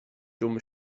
dummen